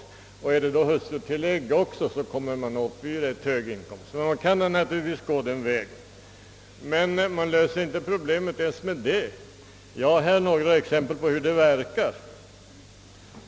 Förekommer också hustrutillägg, måste det gälla särskilt höga inkomster innan bidraget faller bort. även om vi kan gå den vägen, löser vi alltså inte problemet därigenom. Jag har här några exempel på hur det verkar.